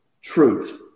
truth